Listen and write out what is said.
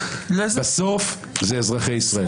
בסוף זה אזרחי ישראל.